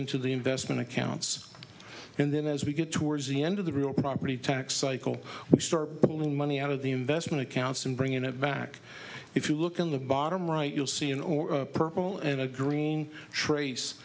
into the investment accounts and then as we get towards the end of the real property tax cycle we start pulling money out of the investment accounts and bringing it back if you look in the bottom right you'll see in or purple and a green trace